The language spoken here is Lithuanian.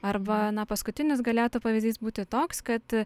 arba na paskutinis galėtų pavyzdys būti toks kad